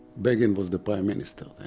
begin was the prime minister then.